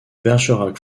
bergerac